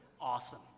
awesome